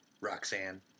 Roxanne